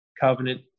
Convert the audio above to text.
covenant